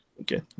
Okay